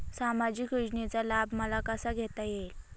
सामाजिक योजनेचा लाभ मला कसा घेता येईल?